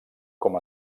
com